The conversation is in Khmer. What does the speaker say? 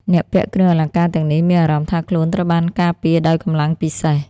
អ្នកពាក់គ្រឿងអលង្ការទាំងនេះមានអារម្មណ៍ថាខ្លួនត្រូវបានការពារដោយកម្លាំងពិសេស។